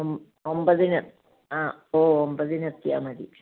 ഒം ഒൻപതിന് ആ ഓ ഒൻപതിന് അന്ന് എത്തിയാൽ മതി